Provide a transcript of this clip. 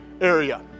area